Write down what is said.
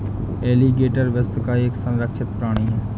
alligator विश्व का एक संरक्षित प्राणी है